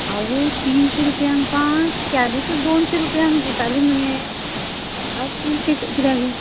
आवय तिनशी रुपयांक पांच त्यादिसूच दोनशी रुपयांक दिताली मगे आज तिनशी क कित्याक